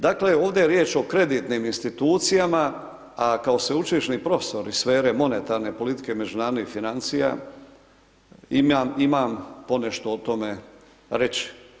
Dakle, ovdje je riječ o kreditnim institucijama, a kao sveučilišni profesor iz sfere monetarne politike međunarodnih financija, imam ponešto o tome reć.